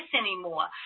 anymore